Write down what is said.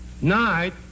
Night